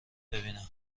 ببینم